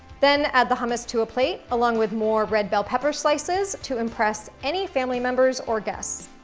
then, add the hummus to a plate, along with more red bell pepper slices to impress any family members or guests.